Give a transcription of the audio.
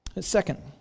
Second